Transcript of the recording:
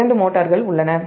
இரண்டு மோட்டார்கள் உள்ளன